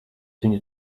viņa